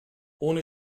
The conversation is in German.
ohne